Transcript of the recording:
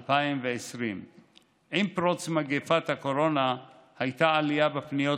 2020. עם פרוץ מגפת הקורונה הייתה עלייה בפניות